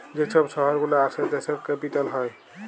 যে ছব শহর গুলা আসে দ্যাশের ক্যাপিটাল হ্যয়